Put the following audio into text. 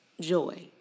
Joy